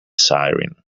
siren